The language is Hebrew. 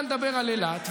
עוד רגע נדבר על אילת.